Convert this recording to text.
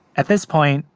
at this point,